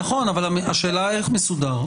נכון, אבל השאלה איך מסודר.